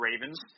Ravens